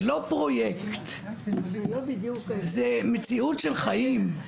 זה לא פרויקט זו מציאות של חיים.